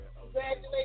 Congratulations